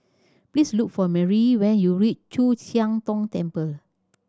please look for Merrie when you reach Chu Siang Tong Temple